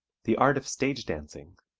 the art of stage dancing,